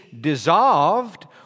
dissolved